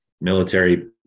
military